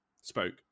spoke